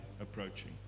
approaching